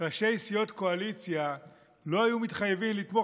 ראשי סיעות קואליציה לא היו מתחייבים לתמוך